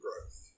growth